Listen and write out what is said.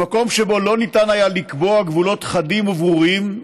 במקום שבו לא ניתן היה לקבוע גבולות חדים וברורים,